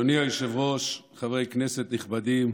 אדוני היושב-ראש, חברי כנסת נכבדים,